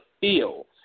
feel